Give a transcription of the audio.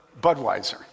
Budweiser